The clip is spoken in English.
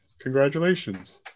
Congratulations